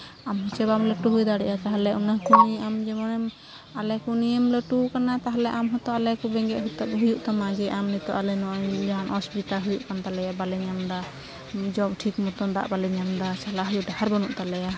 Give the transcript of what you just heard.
ᱟᱢ ᱦᱚᱸᱪᱚ ᱵᱟᱢ ᱞᱟᱹᱴᱩ ᱦᱩᱭ ᱫᱟᱲᱮᱭᱟᱜ ᱛᱟᱦᱚᱞᱮ ᱚᱱᱟ ᱠᱟᱹᱢᱤ ᱟᱢ ᱡᱮᱢᱚᱱᱮᱢ ᱟᱞᱮ ᱠᱚ ᱱᱤᱭᱮᱢ ᱞᱟᱹᱴᱩ ᱠᱟᱱᱟ ᱛᱟᱦᱚᱞᱮ ᱟᱢ ᱦᱚᱸᱛᱚ ᱟᱞᱮ ᱠᱚ ᱵᱮᱸᱜᱮᱫ ᱦᱩᱭᱩᱜ ᱛᱟᱢᱟ ᱡᱮ ᱟᱢ ᱱᱤᱛᱚᱜ ᱟᱞᱮ ᱡᱟᱦᱟᱱ ᱚᱥᱚᱵᱤᱫᱟ ᱦᱩᱭᱩᱜ ᱠᱟᱱ ᱛᱟᱞᱮᱭᱟ ᱵᱟᱞᱮ ᱧᱟᱢᱫᱟ ᱡᱚᱢ ᱴᱷᱤᱠ ᱢᱚᱛᱚ ᱫᱟᱜ ᱵᱟᱞᱮ ᱧᱟᱢᱫᱟ ᱪᱟᱞᱟᱜ ᱦᱤᱡᱩᱜ ᱰᱟᱦᱟᱨ ᱵᱟᱹᱱᱩᱜ ᱛᱟᱞᱮᱭᱟ